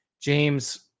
James